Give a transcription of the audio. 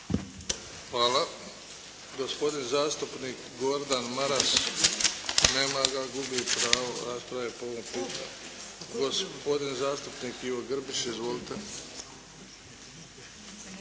Hvala. Gospodin zastupnik Gordan Maras. Nema ga. Gubi pravo rasprave po ovom. Gospodin zastupnik Ivo Grbić. Izvolite!